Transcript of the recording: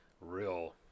real